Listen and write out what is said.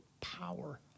power